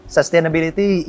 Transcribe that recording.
Sustainability